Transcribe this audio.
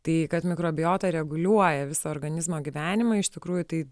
tai kad mikrobiota reguliuoja viso organizmo gyvenimą iš tikrųjų tai